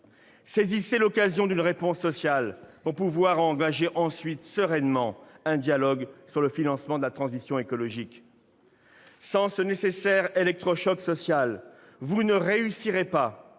Saisissez l'occasion d'apporter une réponse sociale, pour pouvoir ensuite engager sereinement un dialogue sur le financement de la transition écologique. Sans ce nécessaire électrochoc social, vous ne réussirez pas